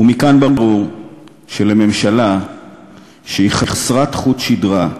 ומכאן ברור שממשלה שהיא חסרת חוט שדרה,